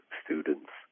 students